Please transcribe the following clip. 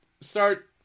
start